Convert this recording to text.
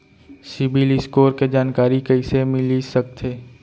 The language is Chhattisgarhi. सिबील स्कोर के जानकारी कइसे मिलिस सकथे?